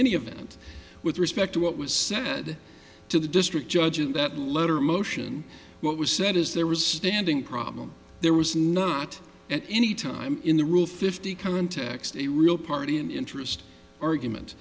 any event with respect to what was said to the district judge in that letter motion what was said is there was standing problem there was not at any time in the rule fifty context a real party in interest argument